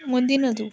ಮುಂದಿನದು